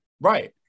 Right